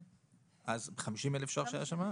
אז 50 אלף שקלים.